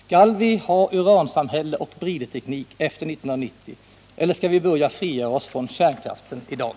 Skall vi ha uransamhälle och bridteknik efter 1990, eller skall vi börja frigöra oss från kärnkraften i dag?